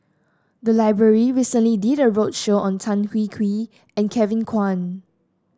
the library recently did a roadshow on Tan Hwee Hwee and Kevin Kwan